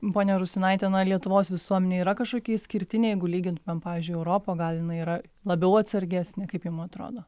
pone rusinaite na lietuvos visuomenė yra kažkokia išskirtinė jeigu lygintumėm pavyzdžiui europą gal jinai yra labiau atsargesnė kaip jum atrodo